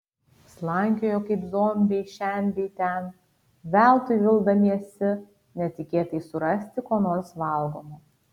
slankiojo kaip zombiai šen bei ten veltui vildamiesi netikėtai surasti ko nors valgomo